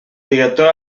director